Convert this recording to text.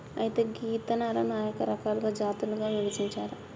అయితే గీ ఇత్తనాలను అనేక రకాలుగా జాతులుగా విభజించారు